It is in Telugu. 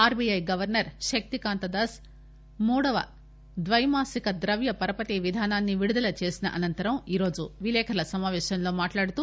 ఆర్బీఐ గవర్సర్ శక్తికాంత్ దాస్ మూడవ ద్వైమాసిక ద్రవ్య పరపతి విధానాన్ని విడుదల చేసిన అనంతరం ఈరోజు విలేకరుల సమాపేశంలో మాట్లాడుతూ